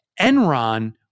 Enron